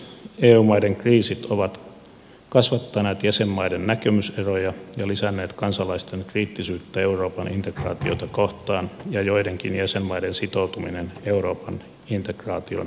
eu maiden kriisit ovat kasvattaneet jäsenmaiden näkemyseroja ja lisänneet kansalaisten kriittisyyttä euroopan integraatiota kohtaan ja joidenkin jäsenmaiden sitoutuminen euroopan integraatioon on heikentynyt